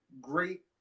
great